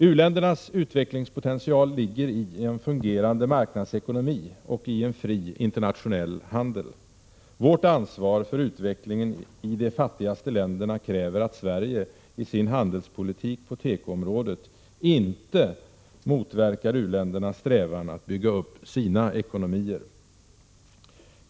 U-ländernas utvecklingspotentialligger i en fungerande marknadsekonomi och i en fri internationell handel. Vårt ansvar för utvecklingen i de fattigaste länderna kräver att Sverige i sin handelspolitik på tekoområdet inte motverkar u-ländernas strävan att bygga upp sina ekonomier.